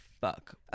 fuck